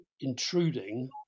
intruding